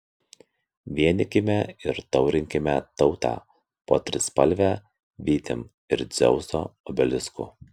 vienykime ir taurinkime tautą po trispalve vytim ir dzeuso obelisku